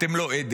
אתם לא עדר.